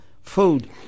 food